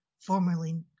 formerly